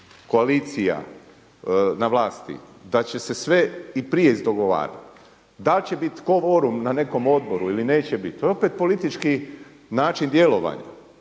koalicija na vlasti da će se sve i prije izdogovarati. Da li će biti kvorum na nekom odboru ili neće biti to je opet politički način djelovanja